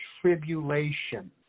tribulation